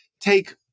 take